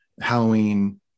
Halloween